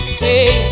say